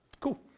Cool